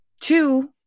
Two